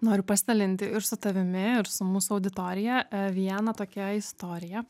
noriu pasidalinti ir su tavimi ir su mūsų auditorija viena tokia istorija